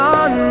on